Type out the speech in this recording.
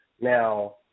Now